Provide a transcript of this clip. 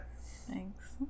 Thanks